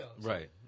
Right